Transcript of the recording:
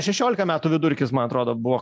šešiolika metų vidurkis man atrodo buvo